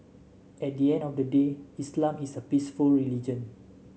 at the end of the day Islam is a peaceful religion